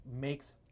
makes